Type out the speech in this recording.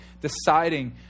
deciding